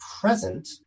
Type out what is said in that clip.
present